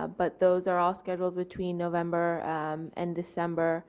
ah but those are all scheduled between november and december